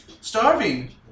starving